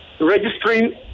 registering